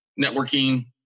networking